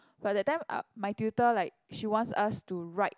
but that time I my tutor like she wants us to write